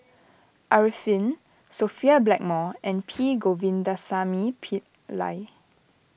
Arifin Sophia Blackmore and P Govindasamy Pillai